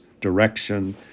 direction